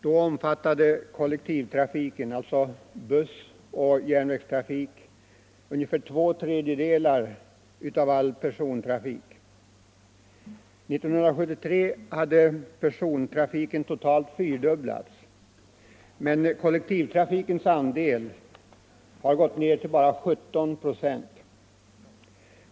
Då omfattade kollektivtrafiken — alltså bussoch järnvägstrafiken — ungefär två tredjedelar av all persontrafik. År 1973 hade persontrafiken totalt fyrdubblats, medan kollektivtrafikens andel hade gått ned till bara 17 96.